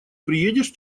приедешь